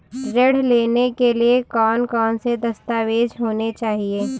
ऋण लेने के लिए कौन कौन से दस्तावेज होने चाहिए?